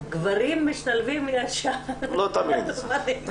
גברים משתלבים ישר למנהיגות.